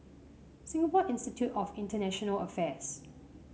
Singapore Institute of International Affairs